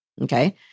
okay